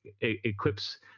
equips